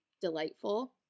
delightful